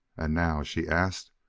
and now, she asked,